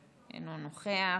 אינו נוכח.